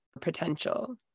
potential